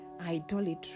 idolatry